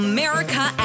America